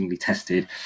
tested